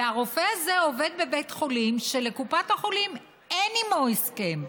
והרופא הזה עובד בבית חולים שלקופת החולים אין עימו הסכם,